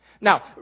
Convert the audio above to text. Now